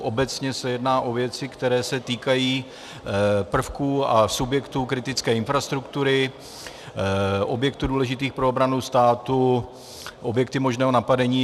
Obecně se jedná o věci, které se týkají prvků a subjektů kritické infrastruktury, objektů důležitých pro obranu státu, objektů možného napadení.